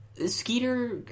Skeeter